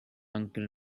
uncle